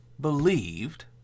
believed